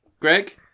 Greg